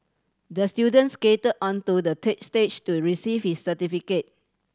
the student skated onto the stage to receive his certificate